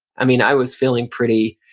i mean i was feeling pretty,